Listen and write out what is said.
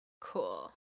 Cool